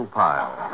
pile